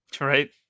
Right